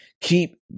Keep